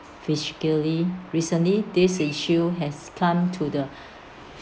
physically recently this issue has climbed to the